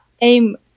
aim